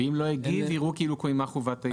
ואם לא הגיב, יראו כאילו קוימה חובת התייעצות.